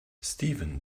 steven